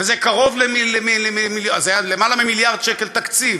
וזה יותר ממיליארד שקל תקציב,